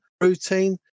routine